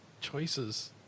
choices